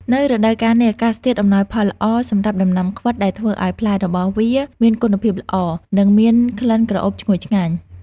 នៅរដូវកាលនេះ អាកាសធាតុអំណោយផលល្អសម្រាប់ដំណាំខ្វិត ដែលធ្វើឲ្យផ្លែរបស់វាមានគុណភាពល្អ និងមានក្លិនក្រអូបឈ្ងុយឆ្ងាញ់។